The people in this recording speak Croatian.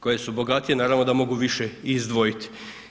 Koje su bogatije, naravno da mogu više i izdvojiti.